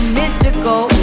mystical